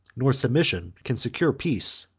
nor submission, can secure peace,